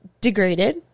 degraded